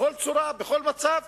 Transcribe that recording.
בכל צורה, בכל מצב,